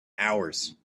hours